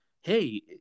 hey